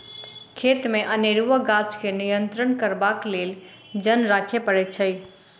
खेतमे अनेरूआ गाछ के नियंत्रण करबाक लेल जन राखय पड़ैत छै